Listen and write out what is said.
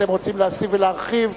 אתם רוצים לשים ולהרחיב.